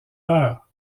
peur